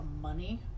money